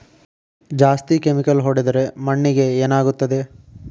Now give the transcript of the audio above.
ಜಾಸ್ತಿ ಕೆಮಿಕಲ್ ಹೊಡೆದ್ರ ಮಣ್ಣಿಗೆ ಏನಾಗುತ್ತದೆ?